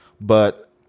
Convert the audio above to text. but-